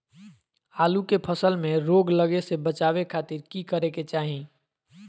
आलू के फसल में रोग लगे से बचावे खातिर की करे के चाही?